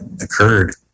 occurred